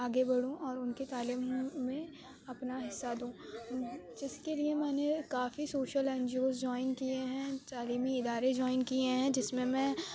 آگے بڑھوں اور ان کی تعلیم میں اپنا حصہ دوں جس کے لیے میں نے کافی social N G Os join کیے ہیں تعلیمی ادارے جوائن کیے ہیں جس میں میں